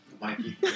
Mikey